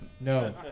No